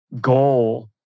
goal